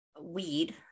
weed